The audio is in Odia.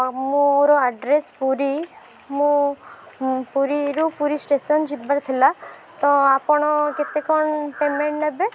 ମୋର ଆଡ୍ରେସ ପୁରୀ ମୁଁ ପୁରୀରୁ ପୁରୀ ଷ୍ଟେସନ୍ ଯିବାର ଥିଲା ତ ଆପଣ କେତେ କ'ଣ ପେମେଣ୍ଟ ନେବେ